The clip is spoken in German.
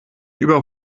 über